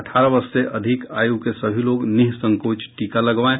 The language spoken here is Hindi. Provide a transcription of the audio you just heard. अठारह वर्ष से अधिक आयु के सभी लोग निःसंकोच टीका लगवाएं